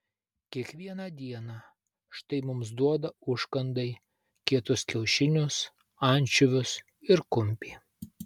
kiekvieną dieną štai mums duoda užkandai kietus kiaušinius ančiuvius ir kumpį